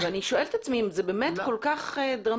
אני שואלת את עצמי אם באמת זה כל כך דרמטי,